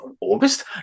August